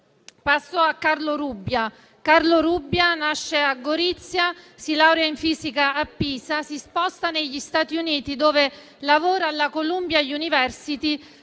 Passo a Carlo Rubbia, che nasce a Gorizia, si laurea in fisica a Pisa e si sposta negli Stati Uniti, dove lavora alla Columbia University